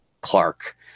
Clark